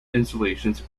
installations